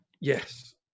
Yes